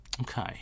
Okay